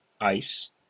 ice